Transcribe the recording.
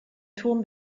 turm